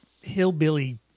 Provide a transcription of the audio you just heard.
hillbilly